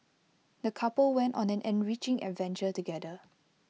the couple went on an enriching adventure together